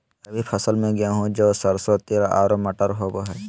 रबी फसल में गेहूं, जौ, सरसों, तिल आरो मटर होबा हइ